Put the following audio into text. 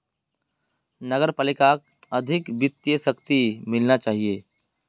नगर पालिकाक अधिक वित्तीय शक्ति मिलना चाहिए